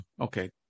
okay